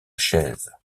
chaise